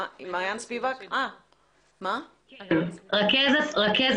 יש לנו מכתבים מהמנכ"ל ליושב ראש הוועדה,